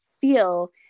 feel